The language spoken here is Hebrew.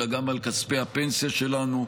אלא גם על כספי הפנסיה שלנו,